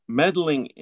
meddling